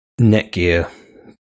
Netgear